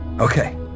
Okay